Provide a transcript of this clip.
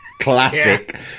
classic